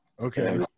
Okay